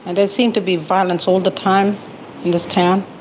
and there seems to be violence all the time in this town.